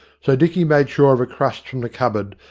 so dicky made sure of a crust from the cupboard,